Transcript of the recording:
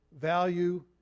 value